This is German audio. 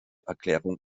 erklärung